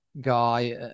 guy